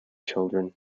children